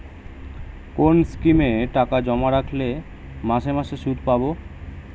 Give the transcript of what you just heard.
কোন স্কিমে টাকা জমা রাখলে মাসে মাসে সুদ পাব?